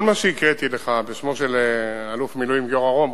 כל מה שהקראתי לך בשמו של אלוף במילואים גיורא רום,